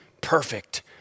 perfect